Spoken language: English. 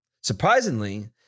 Surprisingly